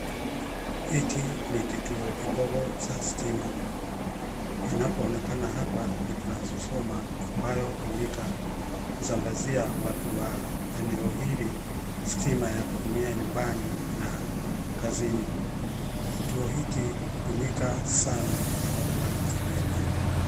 Hiki ni kituo kidogo cha stima, inapoonekana hapa ni transformer ambayo hutumika kusambazia watu wa eneo hili stima ya kutumia nyumbani na kazini. Kituo hiki hutumika sana na watu wa area hii.